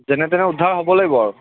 যেনেতেনে উদ্ধাৰ হ'ব লাগিব আৰু